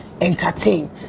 entertain